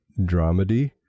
dramedy